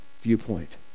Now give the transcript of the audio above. viewpoint